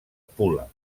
pula